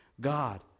God